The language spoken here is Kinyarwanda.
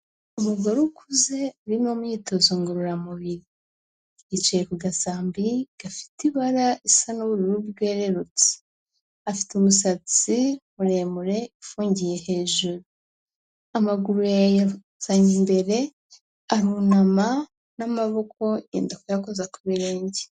Umugore ukuze ari mu imyitozo ngororamubiri, yicaye ku gasambi gafite ibara risa n'ubururu bwererutse, afite umusatsi muremure ufungiye hejuru, amaguru yayazanye imbere arunama n'amaboko yenda kuyakoza ku birenge.